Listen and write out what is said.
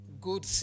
good